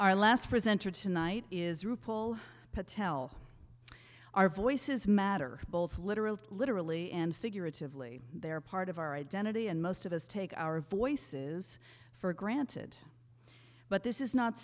our last presenter tonight is ru paul patel our voices matter both literally literally and figuratively they are part of our identity and most of us take our voices for granted but this is not